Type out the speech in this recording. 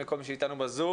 שלום לכל מי שאיתנו בזום.